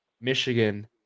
Michigan